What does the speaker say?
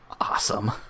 Awesome